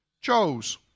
chose